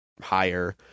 higher